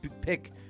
pick